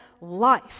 life